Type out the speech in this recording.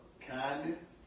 kindness